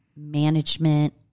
management